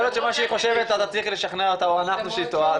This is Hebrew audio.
יכול להיות שמה שהיא חושבת אז צריך לשכנע אותה או אנחנו שהיא טועה,